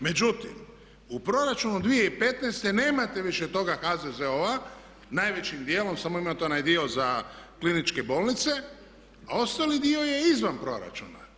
Međutim, u Proračunu 2015. nemate više toga HZZO-a najvećim djelom, samo imate onaj dio za kliničke bolnice a ostali dio je izvan proračuna.